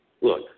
Look